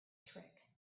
trick